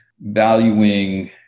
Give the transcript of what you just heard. valuing